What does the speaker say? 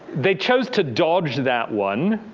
they chose to dodge that one,